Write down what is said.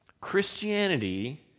Christianity